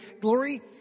glory